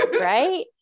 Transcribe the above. right